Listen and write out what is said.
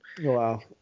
wow